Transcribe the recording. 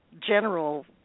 general